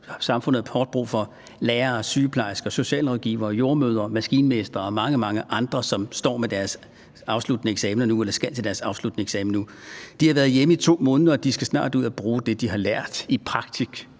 samfundet har hårdt brug for lærere, sygeplejersker, socialrådgivere, jordemødre, maskinmestre og mange, mange andre, som står med deres afsluttende eksamen nu eller skal til deres afsluttende eksamen nu. De har været hjemme i 2 måneder, og de skal ud og bruge det, de har lært, i praktik.